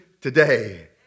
today